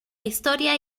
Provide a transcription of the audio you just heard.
historia